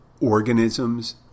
organisms